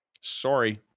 Sorry